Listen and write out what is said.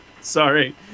Sorry